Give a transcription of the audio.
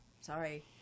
sorry